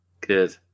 good